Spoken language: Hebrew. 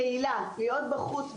הקהילה, להיות בחוץ בשטח,